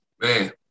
man